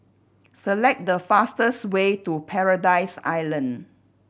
select the fastest way to Paradise Island